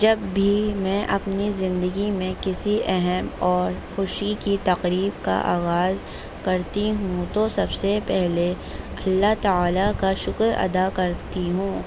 جب بھی میں اپنی زندگی میں کسی اہم اور خوشی کی تقریب کا آغاز کرتی ہوں تو سب سے پہلے اللہ تعالی کا شکر ادا کرتی ہوں